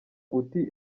uti